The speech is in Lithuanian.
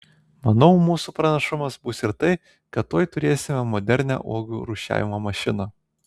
manau mūsų pranašumas bus ir tai kad tuoj turėsime modernią uogų rūšiavimo mašiną